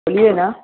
बोलिए न